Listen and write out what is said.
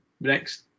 next